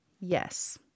Yes